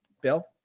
Bill